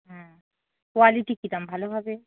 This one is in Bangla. হুম কোয়ালিটি কীরকম ভালো হবে